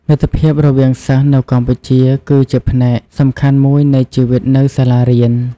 មិត្តភាពរវាងសិស្សនៅកម្ពុជាគឺជាផ្នែកសំខាន់មួយនៃជីវិតនៅសាលារៀន។